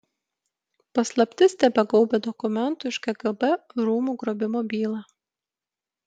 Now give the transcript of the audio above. paslaptis tebegaubia dokumentų iš kgb rūmų grobimo bylą